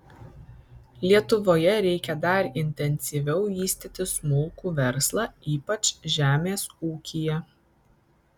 lietuvoje reikia dar intensyviau vystyti smulkų verslą ypač žemės ūkyje